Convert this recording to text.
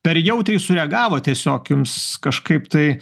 per jautriai sureagavot tiesiog jums kažkaip tai